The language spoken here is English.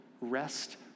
rest